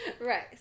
Right